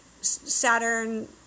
Saturn